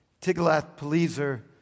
Tiglath-Pileser